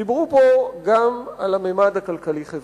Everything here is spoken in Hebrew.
דיברו פה גם על הממד הכלכלי-חברתי,